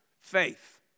Faith